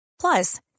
Plus